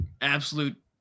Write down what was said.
absolute